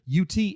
UT